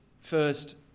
First